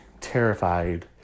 terrified